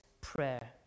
prayer